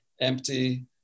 empty